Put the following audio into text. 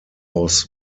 aus